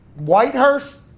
Whitehurst